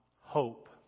hope